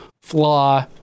Flaw